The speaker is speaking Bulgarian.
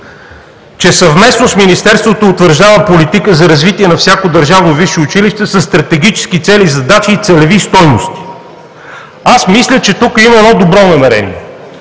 че: „съвместно с Министерството утвърждава политика за развитие на всяко държавно висше училище със стратегически цели, задачи и целеви стойности.“ Аз мисля, че тук има едно добро намерение